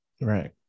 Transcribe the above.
Right